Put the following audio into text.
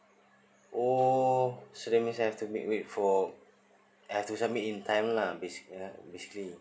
oh that's mean I have to make with for I have to submit in time lah basic~ basically